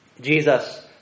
Jesus